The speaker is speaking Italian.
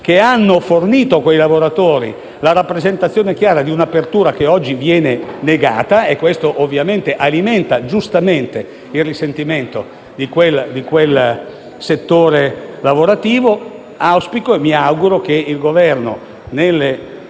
che hanno fornito a quei lavoratori la rappresentazione chiara di un'apertura che oggi viene negata. E ciò ovviamente e giustamente alimenta il risentimento di quel settore lavorativo. Mi auguro che il Governo, nelle